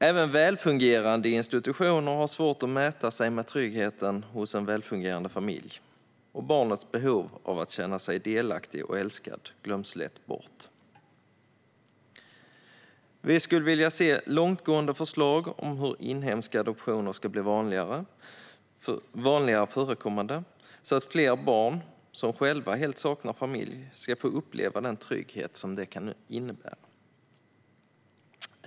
Även välfungerande institutioner har svårt att mäta sig med tryggheten hos en välfungerande familj, och barnets behov av att känna sig delaktig och älskad glöms lätt bort. Vi skulle vilja se långtgående förslag om hur inhemska adoptioner ska bli vanligare förekommande så att fler barn som själva helt saknar familj ska få uppleva den trygghet som det kan innebära.